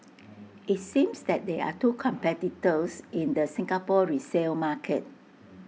IT seems that there are two competitors in the Singapore resale market